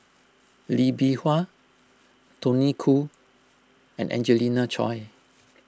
Lee Bee Wah Tony Khoo and Angelina Choy